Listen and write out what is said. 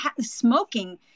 smoking